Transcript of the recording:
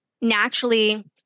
naturally